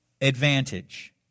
advantage